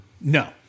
no